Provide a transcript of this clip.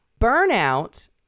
Burnout